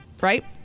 right